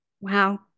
wow